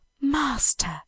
Master